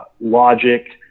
logic